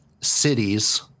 cities